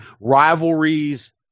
Rivalries